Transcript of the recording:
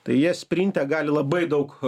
tai jie sprinte gali labai daug